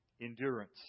Endurance